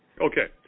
Okay